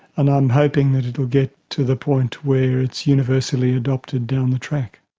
and i'm hoping that it will get to the point where it's universally adopted down the track.